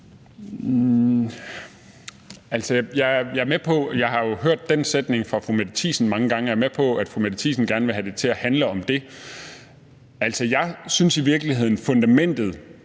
Jeg har jo hørt den sætning fra fru Mette Thiesen mange gange, og jeg er med på, at fru Mette Thiesen gerne vil have det til at handle om det. Altså, jeg synes i virkeligheden, at fundamentet